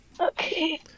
Okay